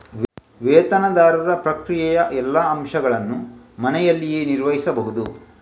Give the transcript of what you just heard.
ವೇತನದಾರರ ಪ್ರಕ್ರಿಯೆಯ ಎಲ್ಲಾ ಅಂಶಗಳನ್ನು ಮನೆಯಲ್ಲಿಯೇ ನಿರ್ವಹಿಸಬಹುದು